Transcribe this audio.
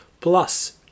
plus